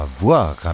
voir